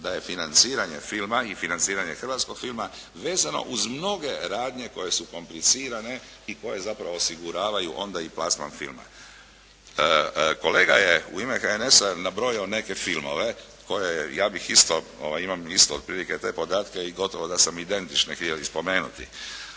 da je financiranje filma i financiranje hrvatskog filma vezano uz mnoge radnje koje su komplicirane i koje zapravo osiguravaju onda i plasman filma. Kolega je u ime HNS-a nabrojao neke filmove koje ja bih isto, imam isto otprilike te podatke i gotovo da sam identične htio i spomenuti,